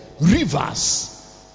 Rivers